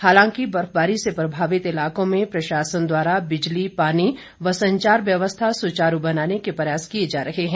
हालांकि बर्फबारी से प्रभावित इलाकों में प्रशासन द्वारा बिजली पानी व संचार व्यवस्था सुचारू बनाने के प्रयास किए जा रहे हैं